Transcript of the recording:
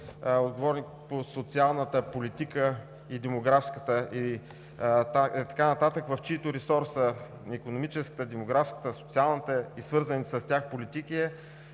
отговорник по социалната и демографската политика и така нататък, в чийто ресор са икономическата, демографската, социалната и свързаните с тях политики,